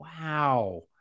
Wow